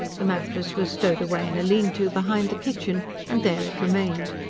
the mattress was stowed away in a lean-to behind the kitchen, and there it remained.